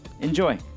Enjoy